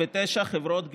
149) (חברות גבייה),